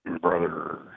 Brother